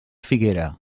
figuera